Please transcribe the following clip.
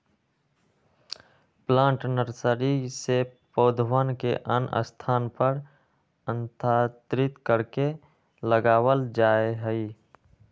plant nursery से पौधवन के अन्य स्थान पर स्थानांतरित करके लगावल जाहई